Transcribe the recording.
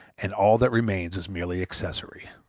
and all that remains is merely accessory.